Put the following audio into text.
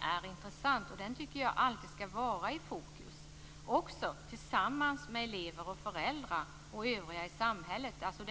är intressant, och den frågan skall alltid vara i fokus samtidigt som diskussionen skall föras tillsammans med elever, föräldrar och övriga i samhället.